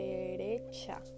Derecha